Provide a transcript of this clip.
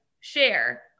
share